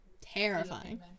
Terrifying